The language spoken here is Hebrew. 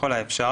ככל האפשר,